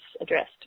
addressed